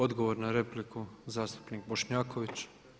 Odgovor na repliku zastupnik Bošnjaković.